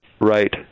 Right